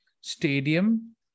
Stadium